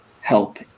help